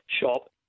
shop